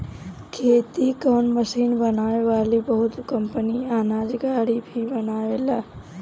खेती कअ मशीन बनावे वाली बहुत कंपनी अनाज गाड़ी भी बनावेले